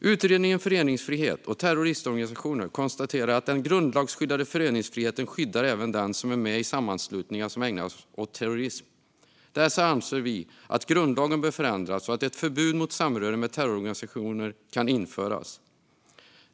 Utredningen Föreningsfrihet och terroristorganisationer konstaterar att den grundlagsskyddade föreningsfriheten skyddar även den som är med i sammanslutningar som ägnar sig åt terrorism. Därför anser vi att grundlagen behöver förändras så att ett förbud mot samröre med terrororganisationer kan införas.